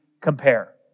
compare